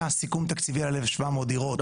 היה סיכום תקציבי על 1,700 דירות,